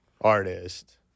artist